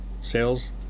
Sales